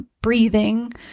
breathing